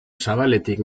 zabaletik